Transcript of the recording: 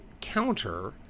counter